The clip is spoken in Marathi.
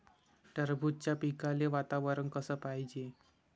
टरबूजाच्या पिकाले वातावरन कस पायजे?